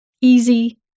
easy